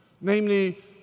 Namely